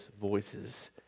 voices